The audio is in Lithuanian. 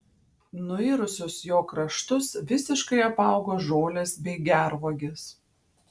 nuirusius jo kraštus visiškai apaugo žolės bei gervuogės